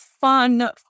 fun